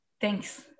Thanks